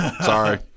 Sorry